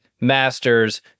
masters